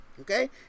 Okay